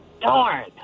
Darn